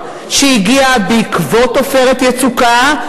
חשובה הפונקציה הזאת,